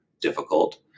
difficult